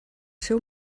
seu